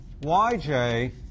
YJ